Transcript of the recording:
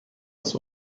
das